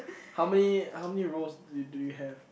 how many how many rows do you do you have